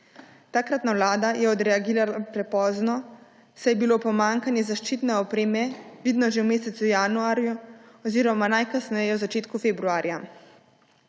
Takratna vlada je odreagirala prepozno, saj je bilo pomanjkanje zaščitne opreme vidno že v mesecu januarju oziroma najkasneje v začetku februarja.